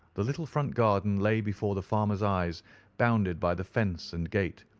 the little front garden lay before the farmer's eyes bounded by the fence and gate,